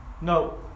No